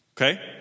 Okay